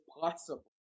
possible